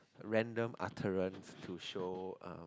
random utterance to show uh